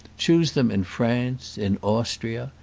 choose them in france, in austria,